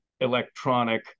electronic